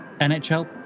NHL